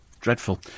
Dreadful